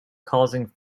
causing